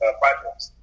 projects